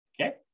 Okay